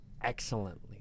excellently